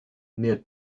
near